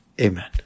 amen